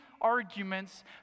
arguments